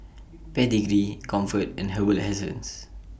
Pedigree Comfort and Herbal Essences